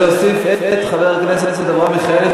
ולהוסיף את חבר הכנסת אברהם מיכאלי,